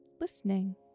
listening